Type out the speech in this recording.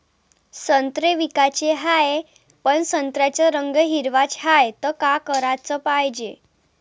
संत्रे विकाचे हाये, पन संत्र्याचा रंग हिरवाच हाये, त का कराच पायजे?